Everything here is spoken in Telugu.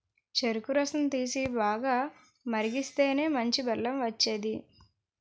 చెరుకు రసం తీసి, బాగా మరిగిస్తేనే మంచి బెల్లం వచ్చేది